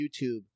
YouTube